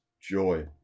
joy